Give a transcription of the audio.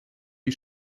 die